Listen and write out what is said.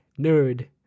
nerd